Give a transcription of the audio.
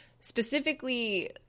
specifically